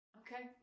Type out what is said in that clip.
okay